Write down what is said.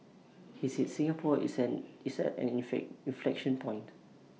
he said Singapore is an is at an inflection point